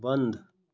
बंद